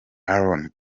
aaron